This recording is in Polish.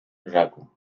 rzekł